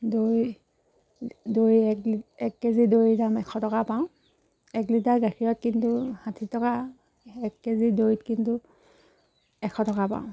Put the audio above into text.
দৈ দৈ এক কেজি দৈৰ দাম এশ টকা পাওঁ এক লিটাৰ গাখীৰত কিন্তু ষাঠি টকা এক কেজি দৈত কিন্তু এশ টকা পাওঁ